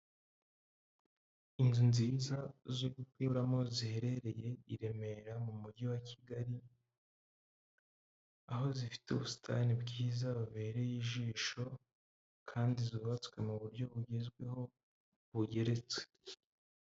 Inzu nziza zo guturamo ziherereye i remera mu mujyi wa Kigali, aho zifite ubusitani bwiza bubereye ijisho kandi zubatswe mu buryo bugezweho bugeretse.